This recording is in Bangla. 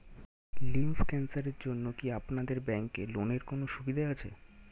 লিম্ফ ক্যানসারের জন্য কি আপনাদের ব্যঙ্কে লোনের কোনও সুবিধা আছে?